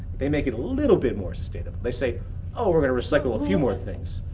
they make it a little bit more sustainable. they say oh, we're going to recycle a few more things.